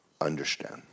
understand